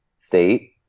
state